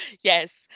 Yes